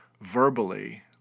verbally